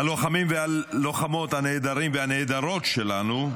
הלוחמים והלוחמות הנהדרים והנהדרות שלנו,